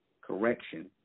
correction